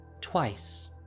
Twice